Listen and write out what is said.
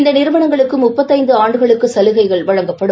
இந்த நிறுவனங்களுக்கு முப்பத்து ஐந்து ஆண்டுகளுக்கு சலுகை வழங்கப்படும்